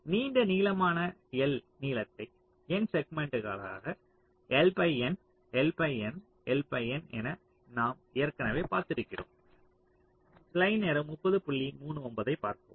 நீண்ட நீளமான L நீளத்தை N செக்மென்ட்களாக L by N L by N L by N என நாம் ஏற்கனவே பார்த்திருக்கிறோம்